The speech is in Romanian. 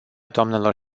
doamnelor